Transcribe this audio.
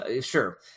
sure –